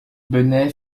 bennett